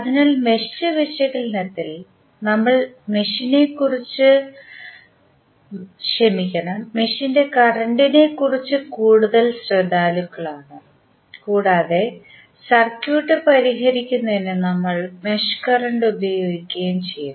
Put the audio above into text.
അതിനാൽ മെഷ് വിശകലനത്തിൽ നമ്മൾ മെഷ് കറന്റിനെക്കുറിച്ച് കൂടുതൽ ശ്രദ്ധാലുക്കളാണ് കൂടാതെ സർക്യൂട്ട് പരിഹരിക്കുന്നതിന് നമ്മൾ മെഷ് കറണ്ട് ഉപയോഗിക്കുകയും ചെയ്തു